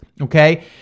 okay